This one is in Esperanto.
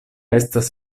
estas